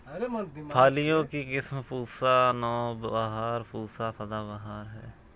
फलियों की किस्म पूसा नौबहार, पूसा सदाबहार है